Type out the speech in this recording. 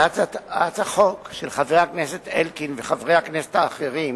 בהצעת החוק של חבר הכנסת אלקין וחברי הכנסת האחרים